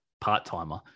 part-timer